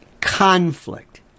conflict